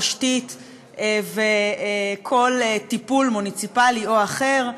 תשתית וכל טיפול מוניציפלי או אחר.